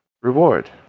reward